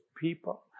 people